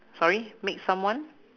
sorry make someone